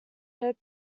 head